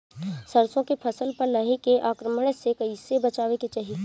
सरसो के फसल पर लाही के आक्रमण से कईसे बचावे के चाही?